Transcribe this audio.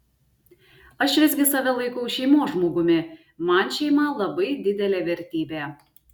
aš visgi save laikau šeimos žmogumi man šeima labai didelė vertybė